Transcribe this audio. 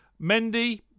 Mendy